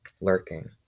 lurking